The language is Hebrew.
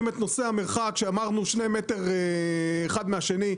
את נושא המרחק שאמרנו 2 מטר אחד מהשני,